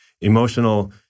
emotional